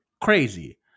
crazy